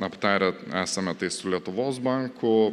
aptarę esame tai su lietuvos banku